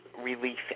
relief